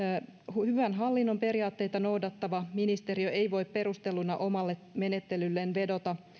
hyvän hallinnon periaatteita noudattava ministeriö ei voi perusteluna omalle menettelylleen vedota